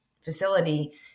facility